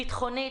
ביטחונית,